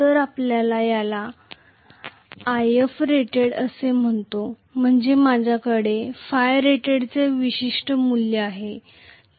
तर आपण याला Ifrated असे म्हणतो म्हणजे माझ्याकडे ϕrated चे विशिष्ट मूल्य आहे